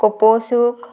কপৌচুক